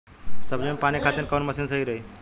सब्जी में पानी खातिन कवन मशीन सही रही?